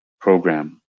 program